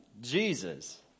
Jesus